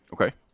Okay